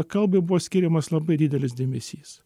kalbai buvo skiriamas labai didelis dėmesys